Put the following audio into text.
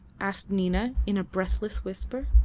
asked nina, in a breathless whisper.